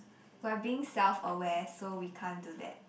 we're being self aware so we can't do that